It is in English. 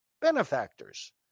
benefactors